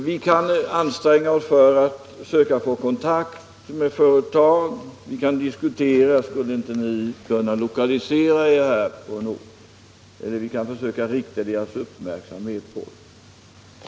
Vi kan anstränga oss och söka få kontakt med företag, vi kan diskutera och fråga om de inte skulle kunna lokalisera sig på en behövande ort i allmänhet. Vi kan försöka rikta deras uppmärksamhet på möjligheterna.